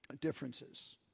differences